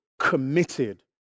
committed